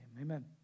amen